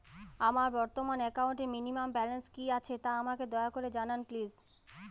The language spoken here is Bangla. আমার বর্তমান একাউন্টে মিনিমাম ব্যালেন্স কী আছে তা আমাকে দয়া করে জানান প্লিজ